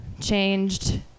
changed